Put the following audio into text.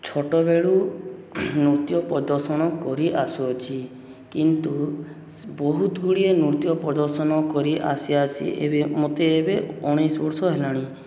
ଛୋଟବେଳୁ ନୃତ୍ୟ ପ୍ରଦର୍ଶନ କରି ଆସୁଅଛି କିନ୍ତୁ ବହୁତ ଗୁଡ଼ିଏ ନୃତ୍ୟ ପ୍ରଦର୍ଶନ କରି ଆସି ଆସି ଏବେ ମୋତେ ଏବେ ଉଣେଇଶ ବର୍ଷ ହେଲାଣି